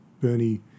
Bernie